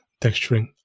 texturing